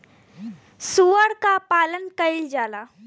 सूअर क पालन कइल जाला